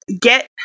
get